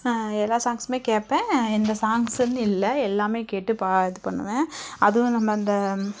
எல்லா சாங்ஸ்சுமே கேட்பேன் இந்த சாங்ஸுன்னு இல்லை எல்லாமே கேட்டு பா இது பண்ணுவேன் அதுவும் இல்லாமல் இந்த